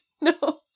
No